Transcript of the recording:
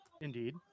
indeed